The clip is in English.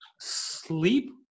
sleep